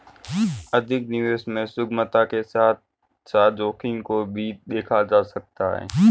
अधिक निवेश में सुगमता के साथ साथ जोखिम को भी देखा जा सकता है